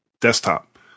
desktop